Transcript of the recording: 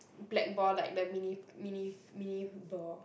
black ball like the mini mini mini ball